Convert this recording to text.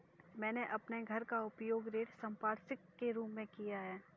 मैंने अपने घर का उपयोग ऋण संपार्श्विक के रूप में किया है